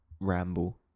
ramble